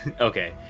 Okay